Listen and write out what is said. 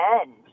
end